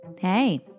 Hey